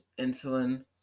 insulin